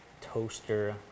Toaster